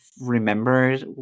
remembered